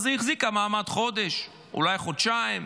אז היא החזיקה מעמד חודש, אולי חודשיים,